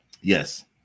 Yes